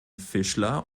fischler